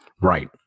Right